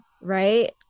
right